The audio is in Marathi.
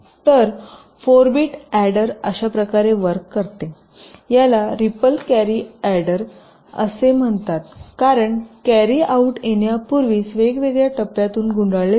तर4 बिट अॅडर अशा प्रकारे वर्क करते याला रिपल कॅरी अॅडर असे म्हणतात कारण कॅरी आऊट येण्यापूर्वीच वेगवेगळ्या टप्प्यातून गुंडाळतात